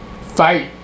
fight